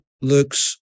Looks